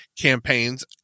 campaigns